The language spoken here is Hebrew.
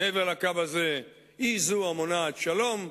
מעבר לקו הזה היא זו שמונעת שלום,